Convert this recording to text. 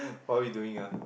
what are we doing